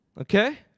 okay